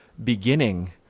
beginning